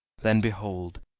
then, behold!